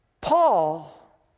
Paul